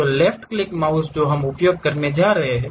तो left click mouse जो हम उपयोग करने जा रहे हैं